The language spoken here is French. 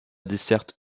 desserte